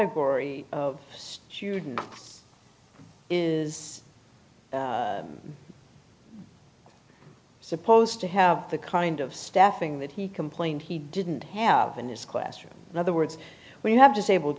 category of student is supposed to have the kind of staffing that he complained he didn't have in his classroom in other words when you have disabled